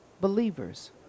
believers